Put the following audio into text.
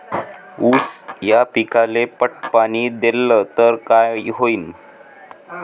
ऊस या पिकाले पट पाणी देल्ल तर काय होईन?